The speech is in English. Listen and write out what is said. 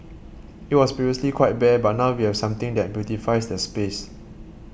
it was previously quite bare but now we have something that beautifies the space